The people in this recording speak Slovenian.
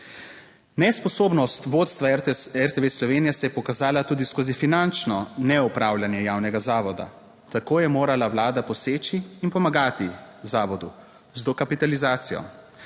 Nesposobnost vodstva RTS RTV Slovenija se je pokazala tudi skozi finančno neupravljanje javnega zavoda. Tako je morala vlada poseči in pomagati zavodu z dokapitalizacijo.